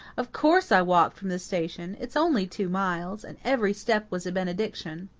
of course i walked from the station it's only two miles and every step was a benediction.